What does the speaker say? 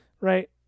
right